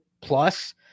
plus